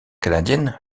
canadienne